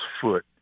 foot